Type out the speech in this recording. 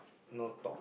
no talk